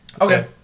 Okay